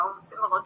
similar